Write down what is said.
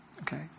Okay